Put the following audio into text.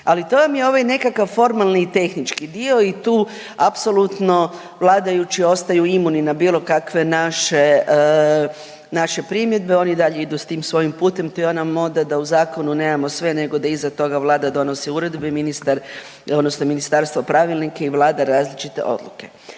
Ali to vam je ovaj nekakav formalni i tehnički dio i tu apsolutno vladajući ostaju imuni na bilo kakve naše, naše primjedbe. Oni i dalje idu s tim svojim putem, to je ona moda da u zakonu nemamo sve nego da iza toga Vlada donosi uredbe, ministar odnosno ministarstvo pravilnike i Vlada različite odluke.